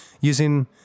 using